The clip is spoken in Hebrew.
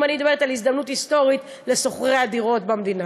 אני אדבר אתה על הזדמנות היסטורית לשוכרי הדירות במדינה.